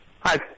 Hi